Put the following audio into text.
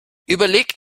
überlegt